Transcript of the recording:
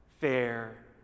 fair